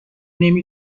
نمی